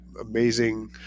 amazing